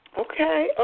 Okay